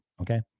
okay